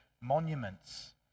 monuments